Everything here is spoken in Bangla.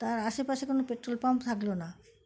তার আশেপাশে কোনো পেট্রোল পাম্প থাকলো না